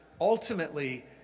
ultimately